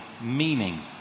meaning